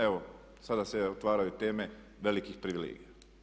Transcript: Evo, sada se otvaraju teme velikih privilegija.